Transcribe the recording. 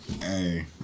Hey